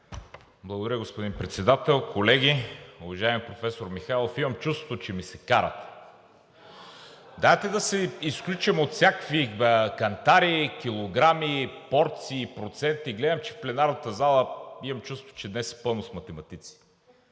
Благодаря, господин Председател. Колеги! Уважаеми професор Михайлов, имам чувството, че ми се карате! Дайте да се изключим от всякакви кантари, килограми, порции, проценти. Гледам, че в пленарната зала – имам чувството, че днес е пълно с математици,